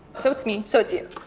so it's me. so it's you.